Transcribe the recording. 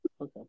Okay